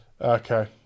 Okay